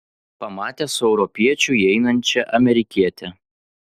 pamatė su europiečiu įeinančią amerikietę